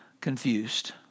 confused